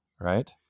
right